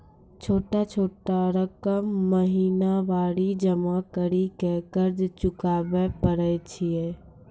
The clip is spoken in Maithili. छोटा छोटा रकम महीनवारी जमा करि के कर्जा चुकाबै परए छियै?